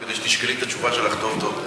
כדי שתשקלי את התשובה שלך טוב-טוב,